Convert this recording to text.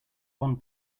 one